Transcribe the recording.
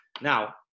Now